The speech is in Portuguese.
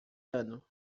ano